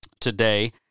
today